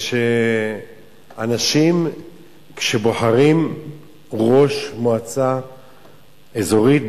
וכשאנשים בוחרים ראש מועצה אזורית,